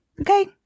Okay